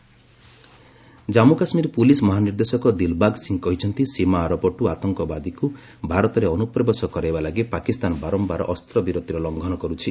କେକେ DGP Dilbag Singh Jammu Kashmir police ମହାନିର୍ଦ୍ଦେଶକ ଦିଲବାଗ ସିଂହ କହିଛନ୍ତି ସୀମା ଆରପଟୁ ଆତଙ୍କବାଦୀକୁ ଭାରତରେ ଅନୁପ୍ରବେଶ କରାଇବା ଲାଗି ପାକିସ୍ତାନ ବାରମ୍ଭାର ଅସ୍ତ୍ରବିରତିର ଲଙ୍ଘନ କରୁଛି